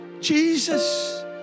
Jesus